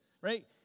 right